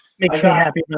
makes me happy men.